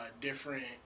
different